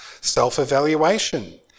Self-evaluation